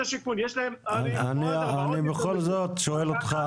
אני בכל זאת שואל אותך,